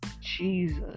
Jesus